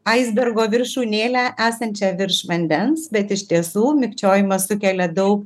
aisbergo viršūnėlę esančią virš vandens bet iš tiesų mikčiojimą sukelia daug